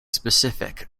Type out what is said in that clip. specific